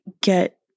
get